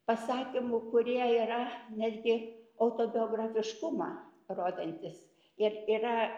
pasakymų kurie yra netgi autobiografiškumą rodantys ir yra